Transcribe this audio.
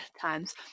times